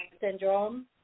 syndrome